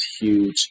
huge